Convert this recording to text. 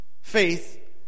faith